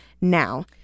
now